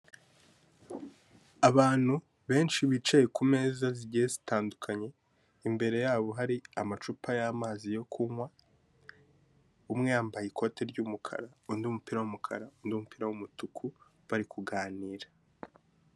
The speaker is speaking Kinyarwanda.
Abantu benshi bicaye ku meza zigiye zitandukanye, imbere yabo hari amacupa y'amazi yo kunywa, umwe yambaye ikote ry'umukara, undi mupira w'umukara, undi umupira w'umutuku bari kuganira.